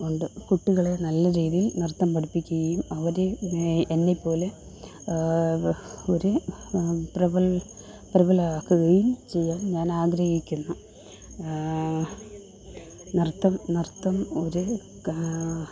ഉണ്ട് കുട്ടികളെ നല്ല രീതിയിൽ നൃത്തം പഠിപ്പിക്കുകയും അവരെ എന്നെ പോലെ ഒരു പ്രബൽ പ്രബലരാക്കുകയും ചെയ്യാൻ ഞാനാഗ്രഹിക്കുന്നു നൃത്തം നൃത്തം ഒര് ക